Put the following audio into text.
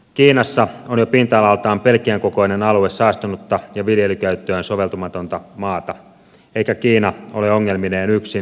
kiinassa on jo pinta alaltaan belgian kokoinen alue saastunutta ja viljelykäyttöön soveltumatonta maata eikä kiina ole ongelmineen yksin